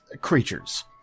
creatures